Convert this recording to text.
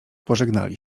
pożegnali